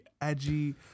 edgy